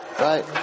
Right